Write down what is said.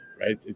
right